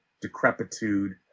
decrepitude